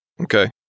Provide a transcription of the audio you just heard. Okay